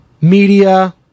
media